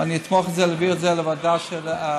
ואני אתמוך בזה, ולהעביר את זה לוועדה של אלאלוף.